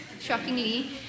shockingly